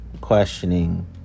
questioning